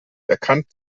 erkannt